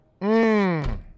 Mmm